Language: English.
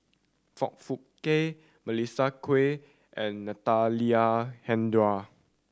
Foong Fook Kay Melissa Kwee and Natalie Hennedige